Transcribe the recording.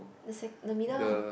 the se~ the middle one